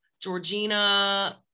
georgina